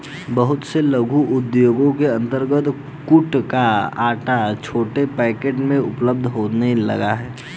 बहुत से लघु उद्योगों के अंतर्गत कूटू का आटा छोटे पैकेट में उपलब्ध होने लगा है